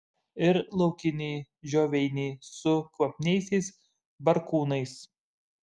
ir laukiniai žioveiniai su kvapniaisiais barkūnais